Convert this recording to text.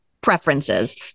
preferences